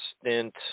stint